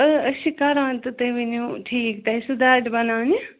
أسۍ چھِ کَران تہٕ تُہۍ ؤنِو ٹھیٖک تۄہہِ ٲسو دارِ بَناونہِ